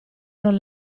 non